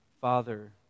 Father